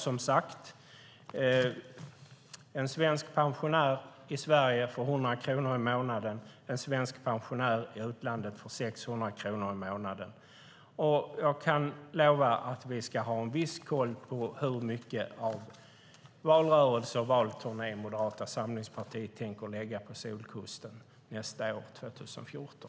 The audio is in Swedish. Varför får en svensk pensionär i Sverige 100 kronor i månaden medan en svensk pensionär i utlandet får 600 kronor i månaden? Jag lovar att vi ska hålla koll på hur mycket av sin valrörelse och valturné Moderata samlingspartiet tänker lägga på Solkusten nästa år, 2014.